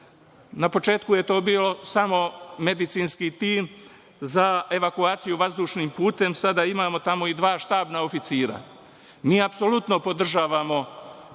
Na početku je to bio samo medicinski tim za evakuaciju vazdušnim putem, sada imamo tamo i dva štabna oficira. Mi apsolutno podržavamo